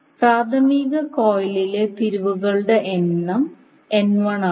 പ്രാഥമിക കോയിലിലെ തിരിവുകളുടെ എണ്ണം N1 ആണ്